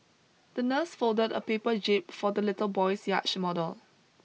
the nurse folded a paper jib for the little boy's yacht model